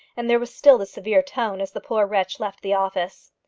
and there was still the severe tone as the poor wretch left the office.